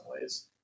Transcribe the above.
ways